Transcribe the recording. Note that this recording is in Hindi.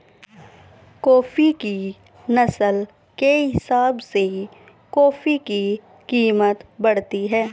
कॉफी की नस्ल के हिसाब से कॉफी की कीमत बढ़ती है